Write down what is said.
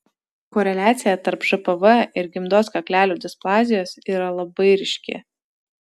koreliacija tarp žpv ir gimdos kaklelio displazijos yra labai ryški